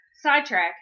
sidetrack